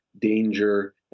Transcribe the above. danger